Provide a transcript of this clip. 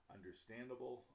Understandable